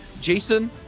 Jason